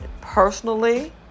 personally